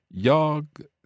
jag